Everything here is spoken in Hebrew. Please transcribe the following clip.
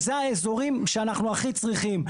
אלה האזורים שאנחנו הכי צריכים.